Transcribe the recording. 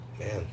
Man